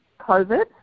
COVID